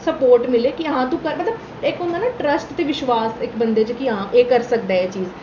support मिलै कि हां तुस कर ते इक होंदा ना ट्रस्ट कि विश्बास इक बंदे च कि हां एह् करी सकदा ऐ एह् चीज